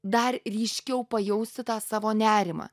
dar ryškiau pajausti tą savo nerimą